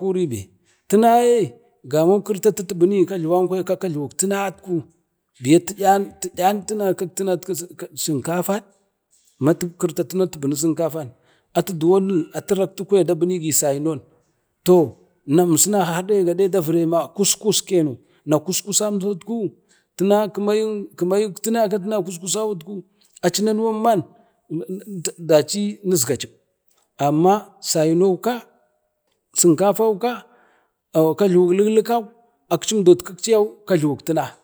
kuribe tinaye gamau kirtatu dabinigi ti yan kak tina ma sinkafan, ko sainon toh har de gaɗe dauire ma kus kus keno na tuna aci kusku samso aci nanuwan ayu nizgacim amma saino ka sinkafau ka, kajluwuk liklikau ka akcim do akcimun jluwuk tuna